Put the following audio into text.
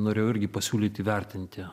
norėjau irgi pasiūlyti įvertinti